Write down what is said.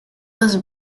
was